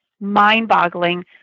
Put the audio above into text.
mind-boggling